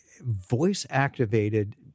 voice-activated